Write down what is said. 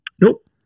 Nope